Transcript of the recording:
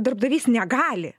darbdavys negali